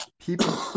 people